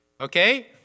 Okay